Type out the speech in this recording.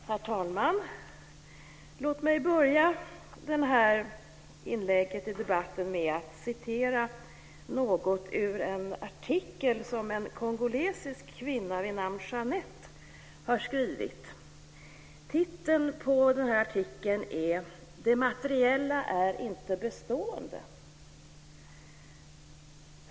Herr talman! Låt mig börja detta inlägg i debatten med att citera något ur en artikel som en kongolesisk kvinna vid namn Jeanette har skrivit. Titeln på artikeln är Det materiella är inte bestående.